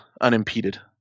unimpeded